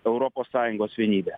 europos sąjungos vienybe